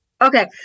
Okay